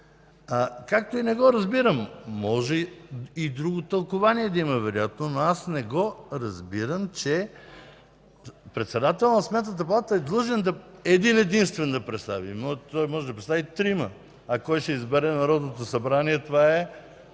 Както и не разбирам, може и друго тълкувание да има вероятно, но аз не го разбирам, че председателят на Сметната палата е длъжен един-единствен да представи – той може да представи и трима, а кой ще избере Народното събрание това е